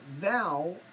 Thou